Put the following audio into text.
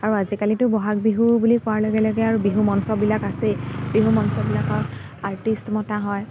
আৰু আজিকালিতো বহাগ বিহু বুলি কোৱাৰ লগে লগে আৰু বিহু মঞ্চবিলাক আছেই বিহু মঞ্চবিলাকত আৰ্টিষ্ট মতা হয়